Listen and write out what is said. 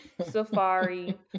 Safari